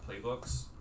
playbooks